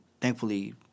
Thankfully